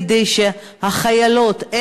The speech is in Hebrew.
כדי שהחיילות,